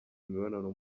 imibonano